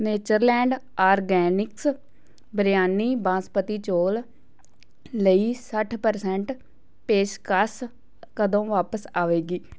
Natureland Organics biryani basmati ਚੌਲ ਲਈ ਸੱਠ ਪਰਸੈਂਟ ਪੇਸ਼ਕਸ਼ ਕਦੋਂ ਵਾਪਸ ਆਵੇਗੀ